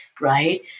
right